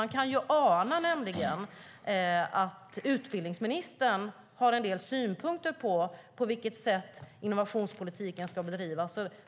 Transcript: Man kan nämligen ana att utbildningsministern har en del synpunkter när det gäller på vilket sätt innovationspolitiken ska bedrivas.